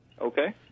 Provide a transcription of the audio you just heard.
Okay